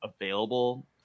available